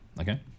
okay